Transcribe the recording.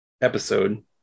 episode